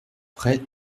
près